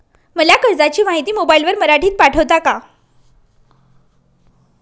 मला कर्जाची माहिती मोबाईलवर मराठीत पाठवता का?